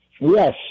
Yes